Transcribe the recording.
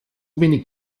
wenig